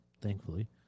Thankfully